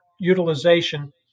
Utilization